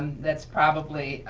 that's probably